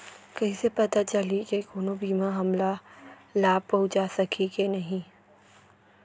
कइसे पता चलही के कोनो बीमा हमला लाभ पहूँचा सकही के नही